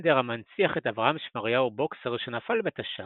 סטנדר המנציח את אברהם שמריהו בוקסר שנפל בתש"ח